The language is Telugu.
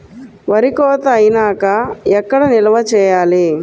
వరి కోత అయినాక ఎక్కడ నిల్వ చేయాలి?